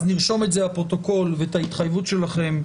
אז נרשום את זה בפרוטוקול ואת ההתחייבות שלכם.